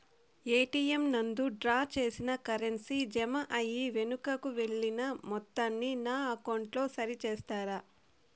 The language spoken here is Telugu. ఎ.టి.ఎం నందు డ్రా చేసిన కరెన్సీ జామ అయి వెనుకకు వెళ్లిన మొత్తాన్ని నా అకౌంట్ లో సరి చేస్తారా?